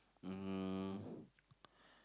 um